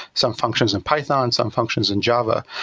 some functions in python, some functions in java.